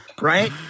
right